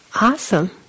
awesome